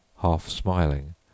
half-smiling